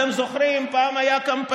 אתם זוכרים, פעם היה קמפיין: